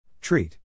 Treat